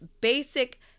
basic